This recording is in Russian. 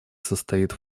состоит